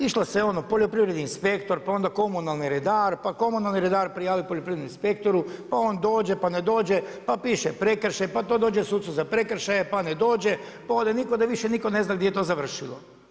Išlo se ono, poljoprivredni inspektor, pa onda komunalni redar, pa komunalni redar prijavi poljoprivrednom inspektoru, pa on dođe, pa ne dođe, pa piše prekršaj pa to dođe sucu za prekršaje, pa ne dođe, pa onda nitko više ne zna gdje to završilo.